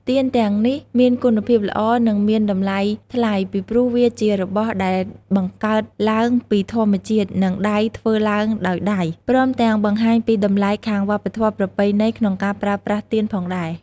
ទៀនទាំងនេះមានគុណភាពល្អនិងមានតម្លៃថ្លៃពីព្រោះវាជារបស់ដែរបង្កើតឡើងពីធម្មជាតិនិងដៃធ្វើឡើងដោយដៃ ព្រមទាំងបង្ហាញពីតម្លៃខាងវប្បធម៌ប្រពៃណីក្នុងការប្រើប្រាស់ទៀនផងដែរ។